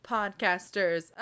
podcasters